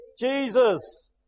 Jesus